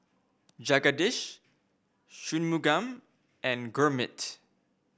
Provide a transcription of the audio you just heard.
Jagadish Shunmugam and Gurmeet